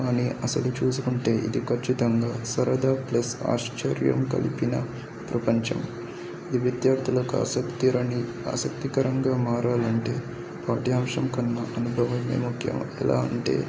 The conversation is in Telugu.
కానీ అసలు చూసుకుంటే ఇది ఖచ్చితంగా సరదా ప్లస్ ఆశ్చర్యం కలిపిన ప్రపంచం ఈ విద్యార్థులకు ఆసక్తికర ఆసక్తికరంగా మారాలంటే పాఠ్యాంశం కన్నా అనుభవమైన ముఖ్యం ఎలా అంటే